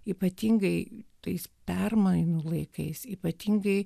ypatingai tais permainų laikais ypatingai